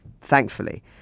thankfully